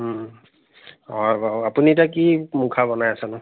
হয় বাৰু আপুনি এতিয়া কি মুখা বনাই আছেনো